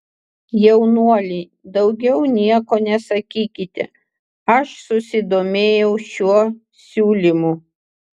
jaunuoli daugiau nieko nesakykite aš susidomėjau šiuo siūlymu